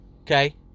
Okay